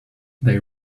they